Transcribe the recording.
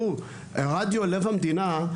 רדיו לב המדינה,